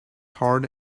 hard